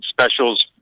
specials